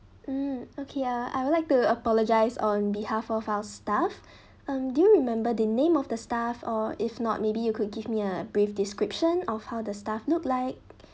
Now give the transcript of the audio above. mm okay uh I would like to apologise on behalf of our staff um do you remember the name of the staff or if not maybe you could give me a brief description of how the staff look like